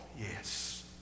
Yes